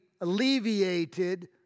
alleviated